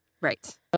Right